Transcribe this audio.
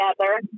together